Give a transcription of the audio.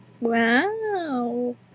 Wow